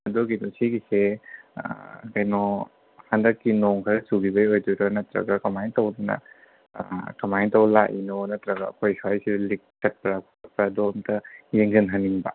ꯑꯗꯨꯒꯤꯗꯣ ꯁꯤꯒꯤꯁꯦ ꯑꯥ ꯀꯩꯅꯣ ꯍꯟꯗꯛꯀꯤ ꯅꯣꯡ ꯈꯔ ꯆꯨꯒꯤꯕꯒꯤ ꯑꯣꯏꯗꯣꯏꯔꯥ ꯅꯠꯇ꯭ꯔꯒ ꯀꯃꯥꯏꯅ ꯇꯧꯗꯅ ꯑꯥ ꯀꯃꯥꯏꯅ ꯇꯧ ꯂꯥꯛꯂꯤꯅꯣꯅ ꯅꯠꯇ꯭ꯔꯒ ꯑꯩꯈꯣꯏ ꯁ꯭ꯋꯥꯏꯗ ꯂꯤꯛ ꯇꯠꯄ꯭ꯔꯥ ꯑꯗꯨ ꯑꯃꯨꯛꯇ ꯌꯦꯡꯁꯤꯟꯍꯟꯅꯤꯡꯕ